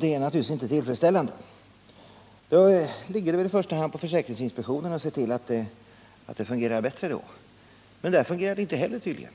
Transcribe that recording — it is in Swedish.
Det är naturligtvis inte tillfredsställande. Då ligger det väl i första hand på försäkringsinspektionen att se till att det fungerar bättre, men där fungerar det tydligen inte heller.